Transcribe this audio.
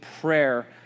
prayer